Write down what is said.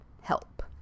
help